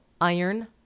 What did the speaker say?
iron